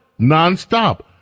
nonstop